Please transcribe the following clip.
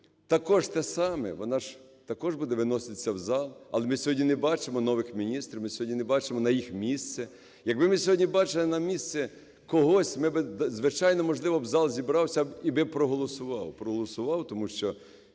також те саме. Вона ж також буде виноситися в зал, але ми сьогодні не бачимо нових міністрів, ми сьогодні не бачимо на їх місце. Якби ми сьогодні бачили на місце когось, ми би, звичайно, можливо, зал зібрався і проголосував, проголосував, тому що